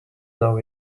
know